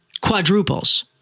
quadruples